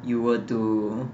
you were to